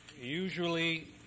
Usually